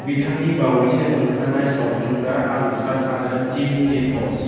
बिथांनि बावैसो ओंखारनाय सावथुनफ्रा आलू चाट आरो टीम दि फर्स